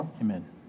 amen